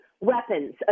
weapons